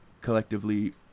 collectively